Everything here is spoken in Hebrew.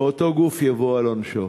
ואותו גוף יבוא על עונשו?